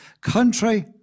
country